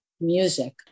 music